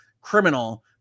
criminal